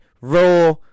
Raw